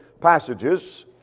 passages